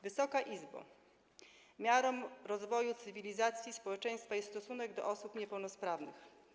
Wysoka Izbo, miarą rozwoju cywilizacyjnego społeczeństwa jest stosunek do osób niepełnosprawnych.